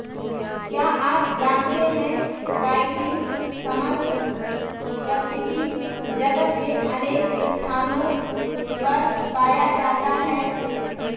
क्या आप जानते है काइटिन समस्त प्रकृति जगत में अनेक स्थानों पर पाया जाता है?